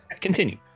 continue